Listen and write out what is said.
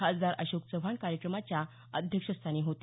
खासदार अशोक चव्हाण कार्यक्रमाच्या अध्यक्षस्थानी होते